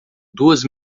duas